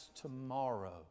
tomorrow